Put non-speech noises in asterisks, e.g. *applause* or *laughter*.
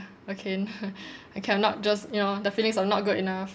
okay *laughs* okay I'm not just you know the feelings of not good enough